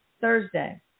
Thursday